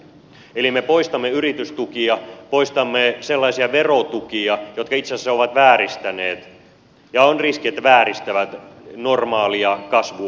eli me poistamme yritystukia poistamme sellaisia verotukia jotka itse asiassa ovat vääristäneet ja on riski että vääristävät normaalia kasvutoimintaa